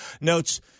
notes